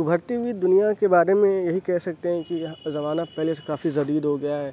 ابھرتی ہوئی دنیا کے بارے میں یہی کہہ سکتے ہیں کہ آج کا زمانہ پہلے سے کافی جدید ہو گیا ہے